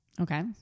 Okay